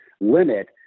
limit